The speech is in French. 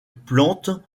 plante